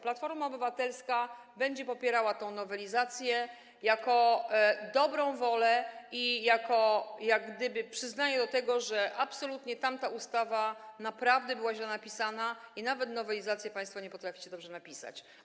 Platforma Obywatelska będzie popierała tę nowelizację jako dobrą wolę i jako jak gdyby przyznanie tego, że absolutnie tamta ustawa naprawdę była źle napisana i nawet nowelizacji państwo państwo nie potraficie dobrze napisać.